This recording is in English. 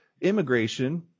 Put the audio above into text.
immigration